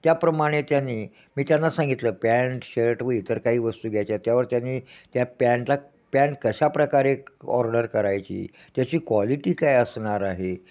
त्याप्रमाणे त्यानी मी त्यांना सांगितलं पॅन्ट शर्ट व इतर काही वस्तू घ्यायच्या त्यावर त्यांनी त्या पँन्टला पॅन्ट कशा प्रकारे क ऑर्डर करायची त्याची क्वालिटी काय असणार आहे